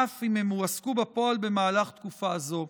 אף אם הועסקו בפועל במהלך תקופה זו.